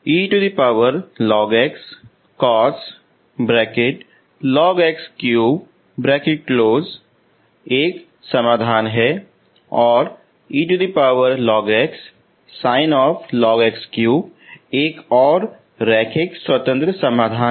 वास्तविक समाधान है